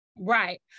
right